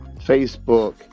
facebook